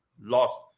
lost